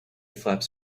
flaps